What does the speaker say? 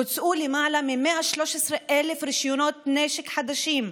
הוצאו למעלה מ-113,000 רישיונות נשק חדשים,